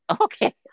Okay